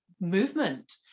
movement